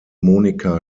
monika